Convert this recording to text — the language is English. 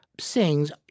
sings